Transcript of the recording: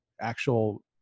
actual